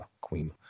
Queen